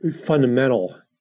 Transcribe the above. fundamental